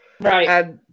Right